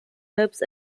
hopes